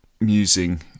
musing